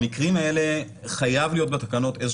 במקרים האלה חייב להיות בתקנות איזה